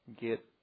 get